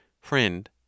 Friend